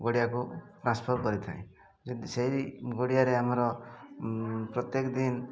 ଗଡ଼ିଆକୁ transfer କରିଥାଏ ଯଦି ସେହି ଗଡ଼ିଆରେ ଆମର ପ୍ରତ୍ୟେକ ଦିନ